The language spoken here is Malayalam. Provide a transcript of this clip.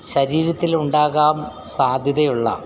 ശരീരത്തിലുണ്ടാകാൻ സാധ്യതയുള്ള